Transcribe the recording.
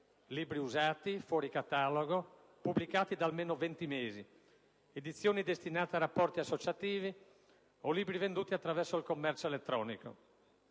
libri usati, fuori catalogo, pubblicati da almeno 20 mesi, edizioni destinate a rapporti associativi o libri venduti attraverso il commercio elettronico.